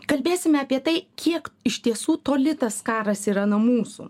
kalbėsime apie tai kiek iš tiesų toli tas karas yra nuo mūsų